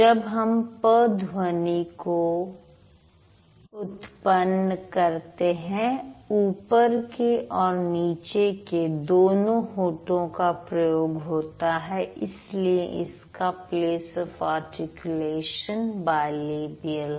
जब हम प ध्वनि को उत्पन्न करते हैं ऊपर के और नीचे के दोनों होठों का प्रयोग होता है इसलिए इसका प्लेस आफ आर्टिकुलेशन बाइलेबियल है